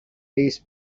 base